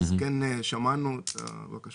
אז כן שמענו את הבקשות.